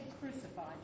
Crucified